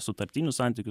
sutartinius santykių